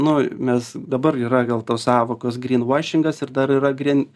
nu mes dabar yra gal tos sąvokos gryn vašingas ir dar yra gryn